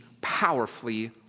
powerfully